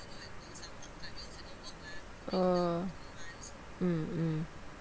oh mm mm